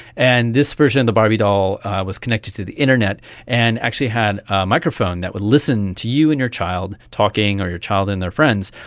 and this version of the barbie doll was connected to the internet and actually had a microphone that would listen to you and your child talking or your child and their friends,